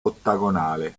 ottagonale